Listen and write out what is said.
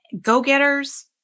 go-getters